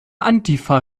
antifa